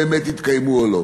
באמת התקיימו או לא.